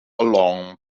along